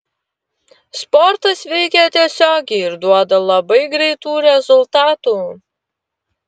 sportas veikia tiesiogiai ir duoda labai greitų rezultatų